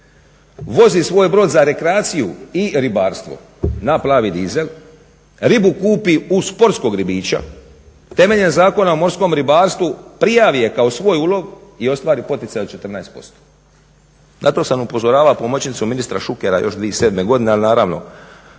vozi svoj brod za rekreaciju i ribarstvo na plavi dizel, ribu kupi u sportskog ribiča. Temeljem Zakona o morskom ribarstvu prijavi je kao svoj ulov i ostvari poticaje od 14%. Na to sam upozoravao pomoćnicu ministra Šukera još 2007. godine, ali naravno